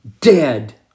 dead